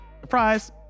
surprise